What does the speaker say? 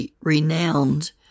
renowned